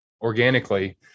organically